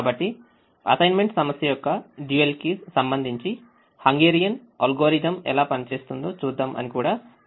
కాబట్టి అసైన్మెంట్ సమస్య యొక్కdual కి సంబంధించి హంగేరియన్ అల్గోరిథం ఎలా పని చేస్తుందో చూద్దాం అని కూడా మనముచెప్పాము